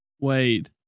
Wait